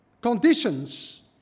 conditions